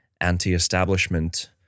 anti-establishment